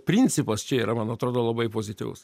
principas čia yra man atrodo labai pozityvus